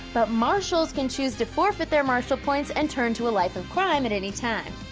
but marshals can choose to forfeit their marshal points and turn to a life of crime at any time.